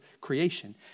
creation